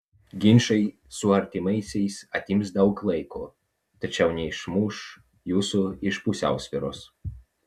ginčai su artimaisiais atims daug laiko tačiau neišmuš jūsų iš pusiausvyros